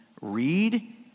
read